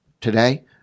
today